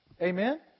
amen